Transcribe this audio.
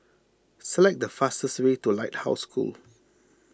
select the fastest way to the Lighthouse School